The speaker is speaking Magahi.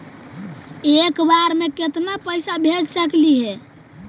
एक बार मे केतना पैसा भेज सकली हे?